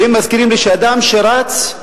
והם מזכירים לי אדם שרץ,